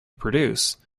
produce